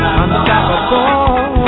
unstoppable